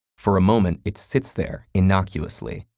for a moment, it sits there innocuously.